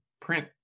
print